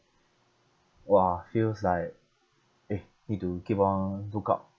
!wah! feels like eh need to keep on look out